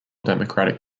democratic